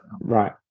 right